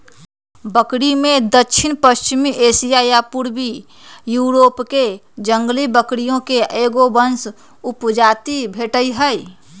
बकरिमें दक्षिणपश्चिमी एशिया आ पूर्वी यूरोपके जंगली बकरिये के एगो वंश उपजाति भेटइ हइ